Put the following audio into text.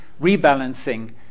rebalancing